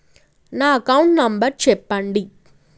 నా account number చెప్పండి?